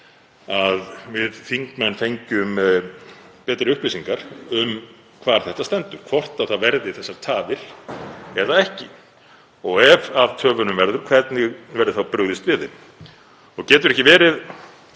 að við þingmenn fengjum betri upplýsingar um hvar þetta stendur, hvort þessar tafir verða eða ekki, og ef af töfunum verður, hvernig verði þá brugðist við þeim. Getur ekki verið,